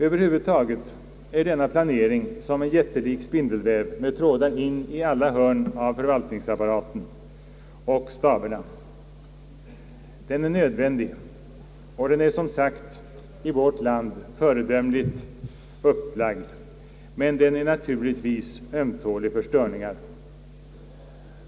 Över huvud taget är denna planering som en jättelik spindelväv med trådar in i alla hörn av förvaltningsapparaten och staberna. Den är nödvändig och den är som sagt i vårt land föredömligt upplagd, men den är naturligtvis ömtålig för störningar.